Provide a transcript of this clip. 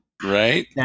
Right